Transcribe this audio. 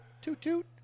toot-toot